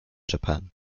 japan